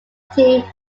team